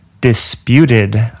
disputed